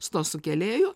su tuo sukėlėju